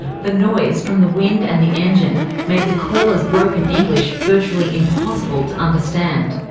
the noise from the wind and the engine made the caller's broken english virtually impossible to understand.